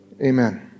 amen